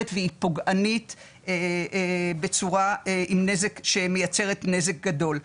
והיא פוגענית בצורה שמייצרת נזק גדול.